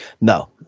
no